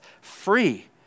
free